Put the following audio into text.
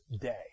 day